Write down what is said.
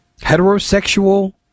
Heterosexual